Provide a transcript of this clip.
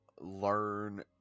learn